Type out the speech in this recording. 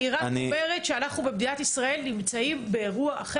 אני רק אומרת שאנחנו במדינת ישראל נמצאים באירוע אחר.